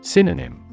Synonym